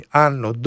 hanno